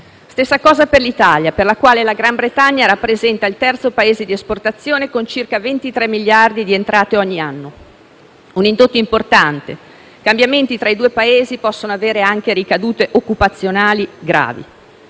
Stessa cosa per l'Italia, per la quale il Regno Unito rappresenta il terzo Paese di esportazione, con circa 23 miliardi di entrate ogni anno. Un indotto importante. Cambiamenti tra i due Paesi possono avere anche ricadute occupazionali gravi.